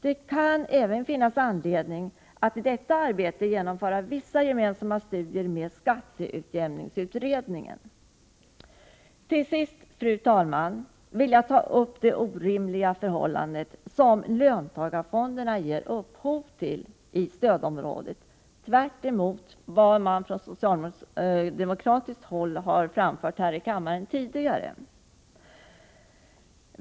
Det kan även finnas anledning att i detta arbete genomföra vissa gemensamma studier med skatteutjämningsutredningen. Till sist, fru talman, vill jag ta upp de orimliga förhållanden som löntagarfonderna ger upphov till i stödområdena — tvärtemot vad man från socialdemokratiskt håll har framfört här i kammaren tidigare.